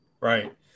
Right